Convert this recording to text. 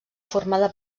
formada